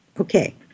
Okay